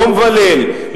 יום וליל,